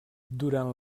durant